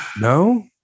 no